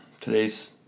today's